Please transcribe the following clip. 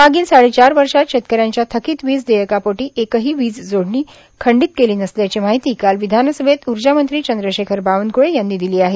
मागील साडेचार वर्षात शेतकऱ्यांच्या थकीत वीज देयकापोटी एकही वीज जोडणी खंडीत केली नसल्याची माहिती काल विधानसभेत ऊर्जामंत्री चंद्रशेखर बावनक्ळे यांनी दिली आहे